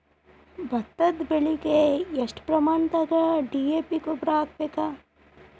ಭತ್ತದ ಬೆಳಿಗೆ ಎಷ್ಟ ಪ್ರಮಾಣದಾಗ ಡಿ.ಎ.ಪಿ ಗೊಬ್ಬರ ಹಾಕ್ಬೇಕ?